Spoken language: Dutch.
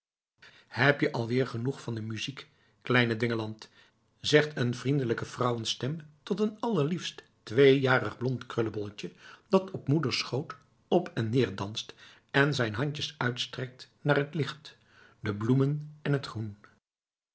heb je al weer genoeg van de muziek kleine dwingeland zegt een vriendelijke vrouwenstem tot een allerliefst tweejarig blond krullebolletje dat op moeders schoot op en neer danst en zijn handjes uitstrekt naar het licht de bloemen en t groen